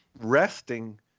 Resting